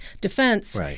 defense